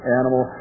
animal